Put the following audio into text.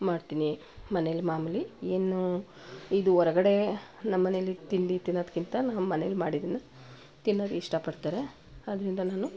ಮಾಡ್ತೀನಿ ಮನೆಯಲ್ಲಿ ಮಾಮೂಲಿ ಏನು ಇದು ಹೊರಗಡೆ ನಮ್ಮನೇಲಿ ತಿಂಡಿ ತಿನ್ನೋದಕ್ಕಿಂತ ನಮ್ಮ ಮನೆಯಲ್ಲಿ ಮಾಡಿದ್ದನ್ನು ತಿನ್ನೋದು ಇಷ್ಟಪಡ್ತಾರೆ ಆದ್ದರಿಂದ ನಾನು